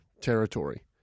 territory